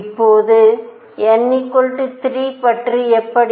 இப்போது n 3 பற்றி எப்படி